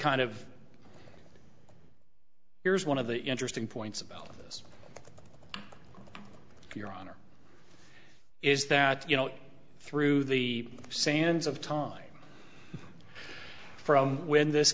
kind of here's one of the interesting points about this your honor is that you know through the sands of time from when this